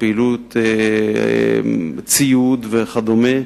ציוד וכדומה,